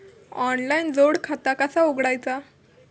Online जोड खाता कसा उघडायचा?